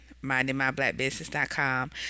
mindingmyblackbusiness.com